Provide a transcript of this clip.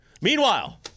Meanwhile